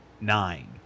nine